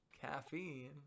caffeine